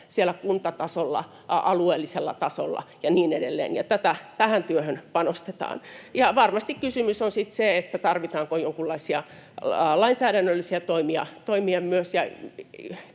kuntatasolla, alueellisella tasolla ja niin edelleen, ja tähän työhön panostetaan, ja varmasti kysymys on sitten se, tarvitaanko jonkunlaisia lainsäädännöllisiä toimia myös.